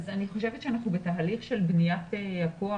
אני חושבת שאנחנו בתהליך של בניית הכוח